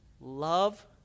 love